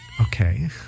okay